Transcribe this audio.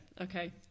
Okay